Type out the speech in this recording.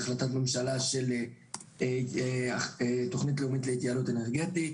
החלטת ממשלה של תוכנית לאומית להתייעלות אנרגטית